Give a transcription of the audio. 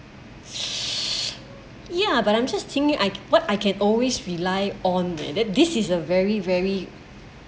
ya but I'm just thinking I what I can always rely on that this is a very very